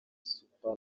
super